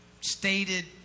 stated